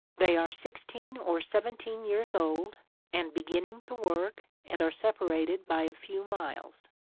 they are sixteen or seventeen years old and beginning to work and are separated by a few miles.